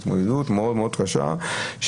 התמודדות מאוד מאוד קשה,